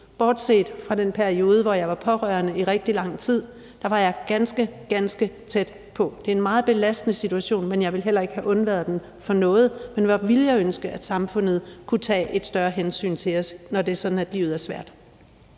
bortset fra den periode, hvor jeg var pårørende i rigtig lang tid, hvor jeg var ganske, ganske tæt på. Det er en meget belastende situation, men jeg ville heller ikke have undværet den for noget, men hvor ville jeg ønske, at samfundet kunne tage et større hensyn til os, når det er sådan, at livet er svært.